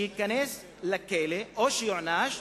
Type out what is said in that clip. שייכנס לכלא או שיוענש